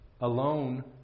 Alone